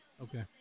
Okay